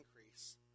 increase